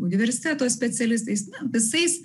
universiteto specialistais visais